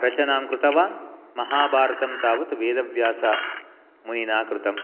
रचनां कृतवान् महाभारतं तावत् वेदव्यासमुनिना कृतं